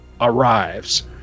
arrives